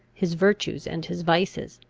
his virtues and his vices.